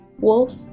wolf